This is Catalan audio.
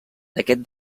aquest